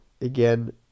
again